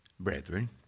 Brethren